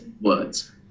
words